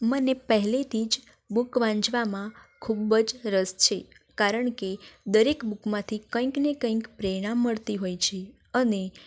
મને પહેલેથી જ બૂક વાંચવામાં ખૂબ જ રસ છે કારણ કે દરેક બૂકમાંથી કંઈક ને કંઈક પ્રેરણા મળતી હોય છે અને